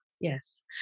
Yes